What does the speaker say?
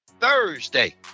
Thursday